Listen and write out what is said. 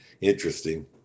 interesting